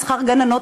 על שכר גננות,